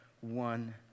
one